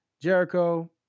Jericho